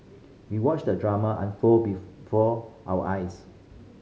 we watched the drama unfold before our eyes